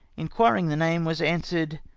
in quiring the name, was answered,